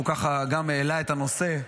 שהוא ככה גם העלה את הנושא,